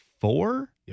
four